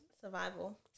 survival